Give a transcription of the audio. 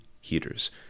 heaters